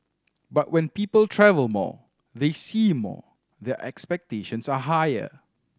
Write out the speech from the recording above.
but when people travel more they see more their expectations are higher